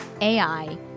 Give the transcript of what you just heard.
AI